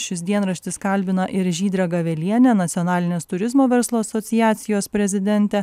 šis dienraštis kalbina ir žydrę gavelienę nacionalinės turizmo verslo asociacijos prezidentę